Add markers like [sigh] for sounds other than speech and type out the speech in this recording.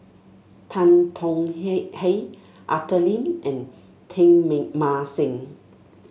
Tan Tong [unintelligible] Hye Arthur Lim and Teng [unintelligible] Mah Seng